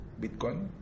Bitcoin